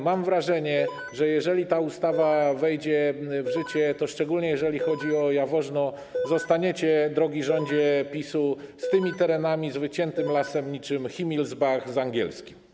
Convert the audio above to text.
Mam wrażenie, że jeżeli ta ustawa wejdzie w życie, to - szczególnie jeżeli chodzi o Jaworzno - zostaniecie, drogi rządzie PiS-u, z tymi terenami, z wyciętym lasem niczym Himilsbach z angielskim.